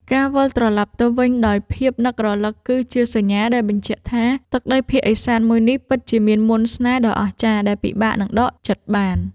ការវិលត្រឡប់ទៅវិញដោយភាពនឹករលឹកគឺជាសញ្ញាដែលបញ្ជាក់ថា ទឹកដីភាគឦសានមួយនេះពិតជាមានមន្តស្នេហ៍ដ៏អស្ចារ្យដែលពិបាកនឹងដកចិត្តបាន។